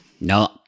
No